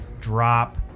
drop